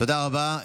תודה רבה.